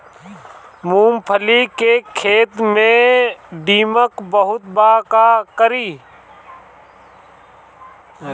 मूंगफली के खेत में दीमक बहुत बा का करी?